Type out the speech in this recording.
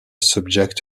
subject